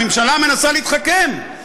הממשלה מנסה להתחכם,